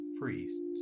priests